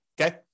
Okay